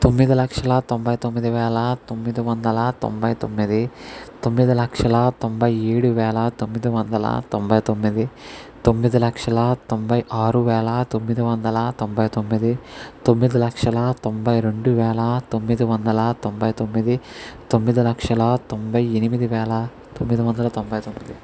తొమ్మిది లక్షల తొంభై తొమ్మిది వేల తొమ్మిది వందల తొంభై తొమ్మిది తొమ్మిది లక్షల తొంభై ఏడు వేల తొమ్మిది వందల తొంభై తొమ్మిది తొమ్మిది లక్షల తొంభై ఆరు వేల తొమ్మిది వందల తొంభై తొమ్మిది తొమ్మిది లక్షల తొంభై రెండు వేల తొమ్మిది వందల తొంభై తొమ్మిది తొమ్మిది లక్షల తొంభై ఎనిమిది వేల తొమ్మిది వందల తొంభై తొమ్మిది